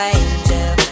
angel